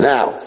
Now